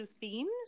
themes